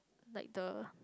like the